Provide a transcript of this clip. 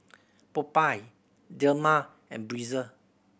Popeye Dilmah and Breezer